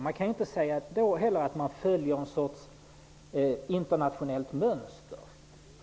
Man kan inte säga att den följde något internationellt mönster.